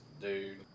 dude